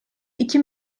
iki